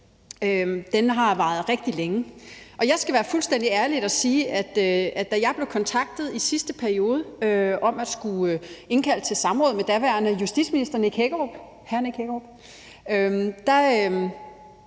har varet rigtig længe. Og jeg skal være fuldstændig ærlig og sige, at da jeg blev kontaktet i sidste periode om at skulle indkalde til samråd med daværende justitsminister, hr. Nick Hækkerup,